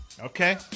Okay